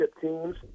teams